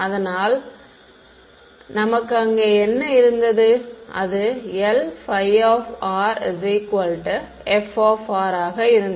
அதனால் நமக்கு அங்கே என்ன இருந்தது அது Lφ f ஆக இருந்தது